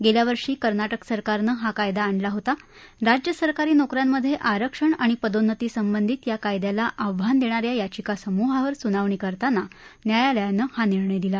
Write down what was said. गेल्यावर्षी कर्नाटक सरकारनं हा कायदा आणला होता राज्य सरकारी नोकन्यांमध्ये आरक्षण आणि पदोन्नती संबंधित या कायद्याला आव्हान देणाऱ्या याचिकासमूहावर सुनावणी करताना न्यायालयानं आज हा निर्णय दिला